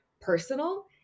personal